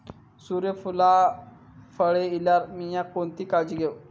सूर्यफूलाक कळे इल्यार मीया कोणती काळजी घेव?